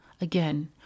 again